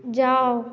जाउ